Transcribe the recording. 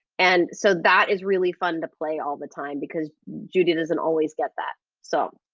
and so that is really fun to play all the time because judy doesn't always get that so.